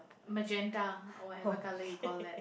magenta whatever colour you call that